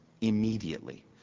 immediately